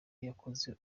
yakoze